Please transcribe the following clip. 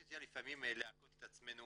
יש נטיה לפעמים להכות את עצמנו